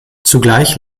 zugleich